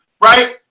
right